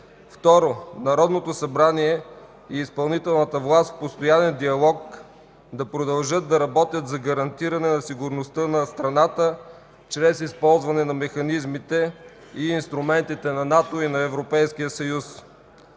Второ, Народното събрание и изпълнителната власт в постоянен диалог да продължат да работят за гарантиране на сигурността на страната чрез използване на механизмите и инструментите на НАТО и на Европейския съюз.